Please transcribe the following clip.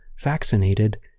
vaccinated